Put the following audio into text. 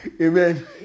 Amen